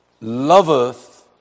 loveth